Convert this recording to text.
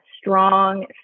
strong